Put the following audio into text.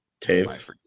Taves